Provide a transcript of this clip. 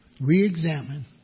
re-examine